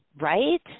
Right